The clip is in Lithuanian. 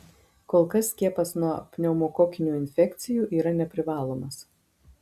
kol kas skiepas nuo pneumokokinių infekcijų yra neprivalomas